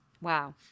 Wow